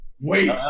Wait